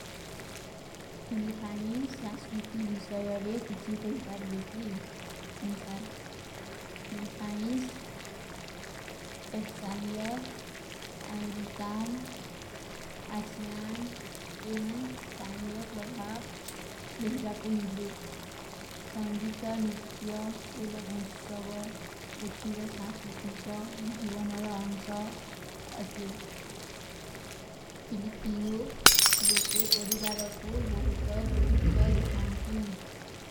ଫିଲିଫାଇନ୍ସ ସାଂସ୍କୃତି ଵିଶଯରେ କିଚୀ କୋ ହିପାର ଵେକୀ ଅଂଚାର ଫିଲିଫାଇନ୍ସ ଏଫସାନିଯର ଅମେରୀକାନ ଆସ୍ଯାନ ଏଵନ ସ୍ଥାନିଯ ପ୍ରଭାପ ଦହିଵା କୋ ମିଲେ ସଂଗୀତ, ନୁତ୍ଯ ଏଵା ଉନ୍ସଵ ଯଥୀର ସାଂସ୍କୃତି କା ଜୀଵନ ଔର ହଂସା ଅତେ ଫିଲିଫୀନୋ ଲୋକେ ପଡିବାର କୋ ବହୁତ ଗୁରୁପତ ଦିଧାନତୀ।